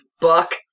Buck